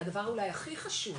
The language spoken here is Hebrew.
והדבר אולי הכי חשוב,